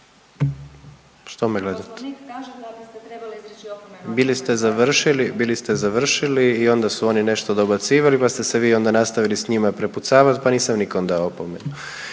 ste završili, bili ste završili i onda su oni nešto dobacivali pa ste vi onda nastavili s njima prepucavati pa nisam nikom dao opomenu.